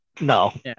No